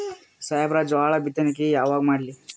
ಸಾಹೇಬರ ಜೋಳ ಬಿತ್ತಣಿಕಿ ಯಾವಾಗ ಮಾಡ್ಲಿ?